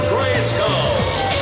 Grayskull